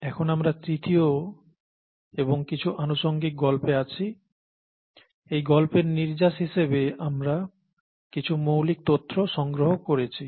এখন আমরা তৃতীয় এবং কিছু আনুষঙ্গিক গল্পে আছি এই গল্পের নির্যাস হিসেবে আমরা কিছু মৌলিক তথ্য সংগ্রহ করেছি